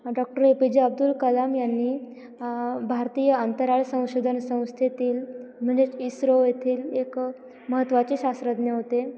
doctor A P J Abdul Kalam यांनी भारतीय अंतराळ संशोधन संस्थेतील म्हणजेच इस्रो येथील एक महत्त्वाचे शास्रज्ञ होते